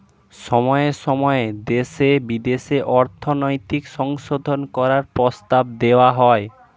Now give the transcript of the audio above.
সময়ে সময়ে দেশে বিদেশে অর্থনৈতিক সংশোধন করার প্রস্তাব দেওয়া হয়